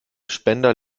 spender